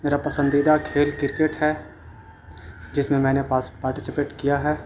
میرا پسندیدہ کھیل کرکٹ ہے جس میں میں نے پاس پارٹیسپیٹ کیا ہے